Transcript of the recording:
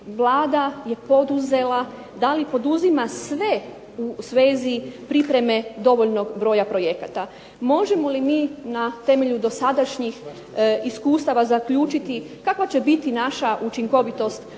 Vlada je poduzela, da li poduzima sve u svezi pripreme dovoljnog broja projekata. Možemo li mi na temelju dosadašnjih iskustava zaključiti kakva će biti naša učinkovitost po